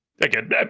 again